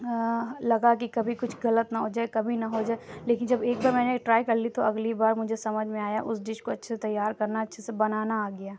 لگا کہ کبھی کچھ غلط نہ ہوجائے کمی نہ ہو جاے لیکن جب ایک بار میں نے ٹرائی کر لی تو اگلی بار مجھے سمجھ میں آیا اُس ڈش کو اچھے سے تیار کرنا اچھے سے بنانا آگیا